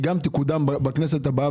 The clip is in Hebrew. והיא תקודם בכנסת הבאה,